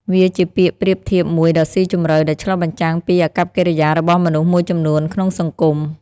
វាជាពាក្យប្រៀបធៀបមួយដ៏ស៊ីជម្រៅ ដែលឆ្លុះបញ្ចាំងពីអាកប្បកិរិយារបស់មនុស្សមួយចំនួនក្នុងសង្គម។